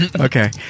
Okay